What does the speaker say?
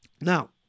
Now